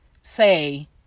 say